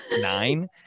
nine